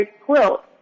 quilt